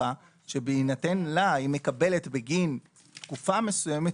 שבהינתן לה היא מקבלת בגין תקופה מסוימת